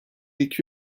iki